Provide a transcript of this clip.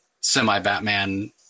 semi-Batman